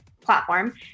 platform